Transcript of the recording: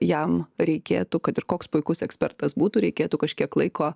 jam reikėtų kad ir koks puikus ekspertas būtų reikėtų kažkiek laiko